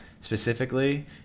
specifically